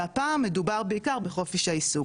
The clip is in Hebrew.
והפעם מדובר בעיקר בחופש העיסוק.